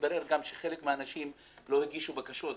מתברר גם שחלק מן האנשים לא הגישו בקשות.